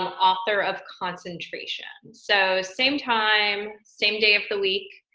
author of concentration. so same time, same day of the week.